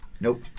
Nope